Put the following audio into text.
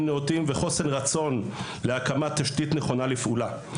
נאותים וחוסר רצון להקמת תשתית נכונה לפעולה.